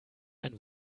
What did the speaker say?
ein